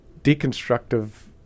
Deconstructive